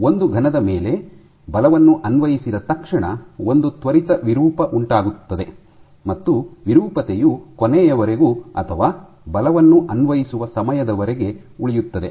ಒಂದು ಘನದ ಮೇಲೆ ಬಲವನ್ನು ಅನ್ವಯಿಸಿದ ತಕ್ಷಣ ಒಂದು ತ್ವರಿತ ವಿರೂಪ ಉಂಟಾಗುತ್ತದೆ ಮತ್ತು ವಿರೂಪತೆಯು ಕೊನೆಯವರೆಗೂ ಅಥವಾ ಬಲವನ್ನು ಅನ್ವಯಿಸುವ ಸಮಯದವರೆಗೆ ಉಳಿಯುತ್ತದೆ